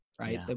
Right